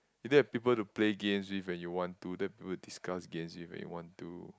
you don't have people to play games with when you want to don't have people to discuss games with when you want to